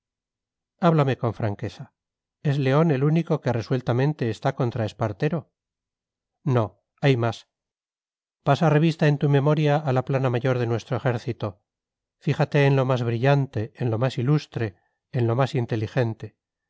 háblame con franqueza es león el único que resueltamente está contra espartero no hay más pasa revista en tu memoria a la plana mayor de nuestro ejército fíjate en lo más brillante en lo más ilustre en lo más inteligente